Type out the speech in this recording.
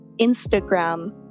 Instagram